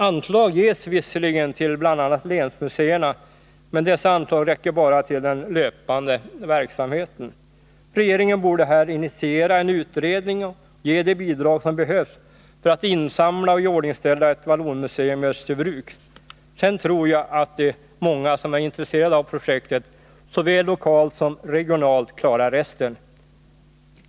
Anslag ges visserligen till bl.a. länsmuseerna, men dessa anslag räcker bara till den löpande verksamheten. Regeringen borde här initiera en utredning och ge det bidrag som behövs för att insamla material och iordningställa ett vallonmuseum i Österbybruk. Sedan tror jag att de många som är intresserade av projektet, såväl lokalt som regionalt, klarar resten.